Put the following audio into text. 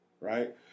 right